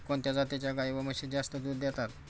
कोणत्या जातीच्या गाई व म्हशी जास्त दूध देतात?